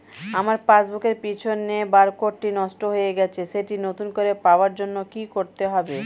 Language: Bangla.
আমার পাসবুক এর পিছনে বারকোডটি নষ্ট হয়ে গেছে সেটি নতুন করে পাওয়ার জন্য কি করতে হবে?